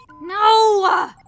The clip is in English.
No